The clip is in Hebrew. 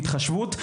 התחשבות,